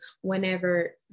whenever